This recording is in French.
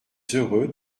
heureux